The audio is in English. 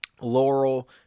Laurel